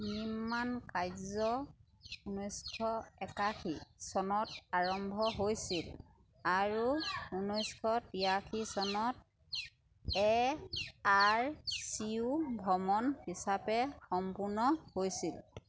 নিৰ্মাণ কাৰ্য্য় ঊনৈছশ একাশী চনত আৰম্ভ হৈছিল আৰু ঊনৈছশ তিৰাশী চনত এ আৰ চি ইও ভ্ৰমণ হিচাপে সম্পূৰ্ণ হৈছিল